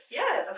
yes